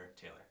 Taylor